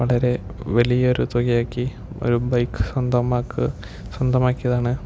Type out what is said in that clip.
വളരെ വലിയൊരു തുകയാക്കി ഒരു ബൈക്ക് സ്വന്തമാക്കുക സ്വന്തമാക്കിയതാണ്